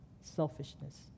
Selfishness